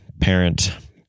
parent